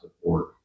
support